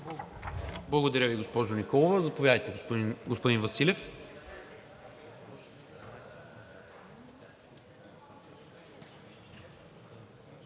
Благодаря, госпожо Николова. Заповядайте, господин Василев,